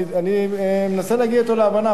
אני מנסה להגיע אתו להבנה,